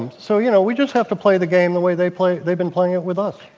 and so, you know, we just have to play the game the way they play they've been playing it with us.